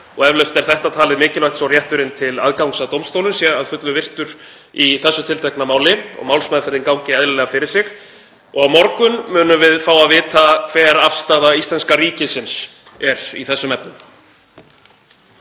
eflaust er þetta talið mikilvægt svo að rétturinn til aðgangs að dómstólum sé að fullu virtur í þessu tiltekna máli og málsmeðferðin gangi eðlilega fyrir sig. Á morgun munum við fá að vita hver afstaða íslenska ríkisins er í þessum efnum.